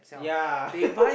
yeah